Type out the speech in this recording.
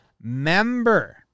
member